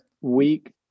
week